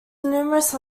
numerous